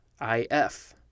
i-f